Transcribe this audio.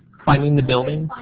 finding the building.